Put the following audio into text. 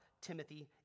Timothy